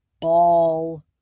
ball